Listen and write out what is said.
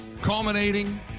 Culminating